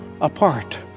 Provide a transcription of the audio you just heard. apart